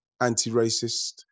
anti-racist